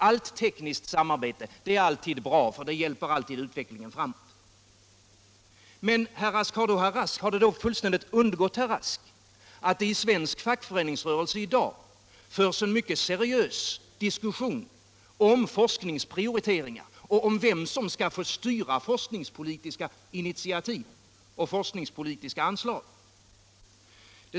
Allt tekniskt samarbete är bra, eftersom det hjälper utvecklingen framåt. Men har det då undgått herr Rask att det i svensk fackföreningsrörelse i dag förs en mycket seriös diskussion om forskningsprioriteringar och om vem som skall få styra forskningspolitiska initiativ och anslag?